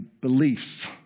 beliefs